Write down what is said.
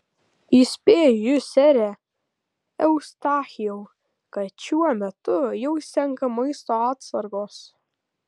įspėju jus sere eustachijau kad šiuo metu jau senka maisto atsargos